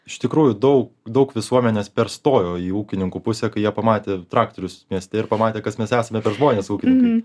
iš tikrųjų daug daug visuomenės perstojo į ūkininkų pusę kai jie pamatė traktorius mieste ir pamatė kas mes esame per žmonėsūkininkai